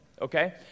okay